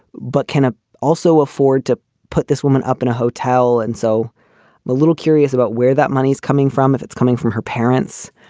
but can ah also afford to put this woman up in a hotel. and so a little curious about where that money's coming from if it's coming from her parents,